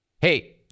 Hey